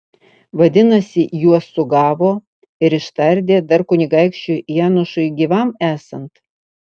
vadinasi juos sugavo ir ištardė dar kunigaikščiui janušui gyvam esant